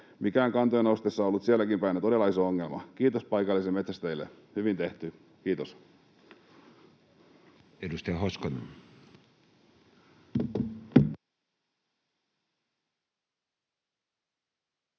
ovat kantojen noustessa olleet sielläkinpäin jo todella iso ongelma. Kiitos paikallisille metsästäjille, hyvin tehty! — Kiitos.